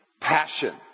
passion